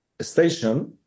station